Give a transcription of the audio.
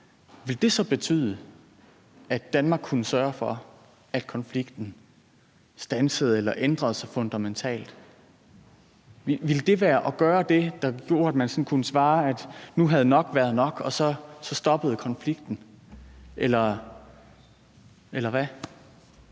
vil det så betyde, at Danmark kunne sørge for, at konflikten standsede eller ændrede sig fundamentalt? Ville det være at gøre det, der gjorde, at man kunne svare, at nu havde nok været nok, og så stoppede konflikten? Eller hvad?